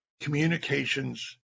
communications